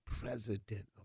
president